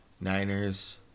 Niners